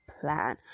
plan